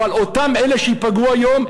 אבל אותם אלה שייפגעו היום,